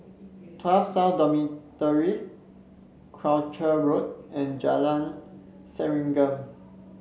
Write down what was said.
Tuas South Dormitory Croucher Road and Jalan Serengam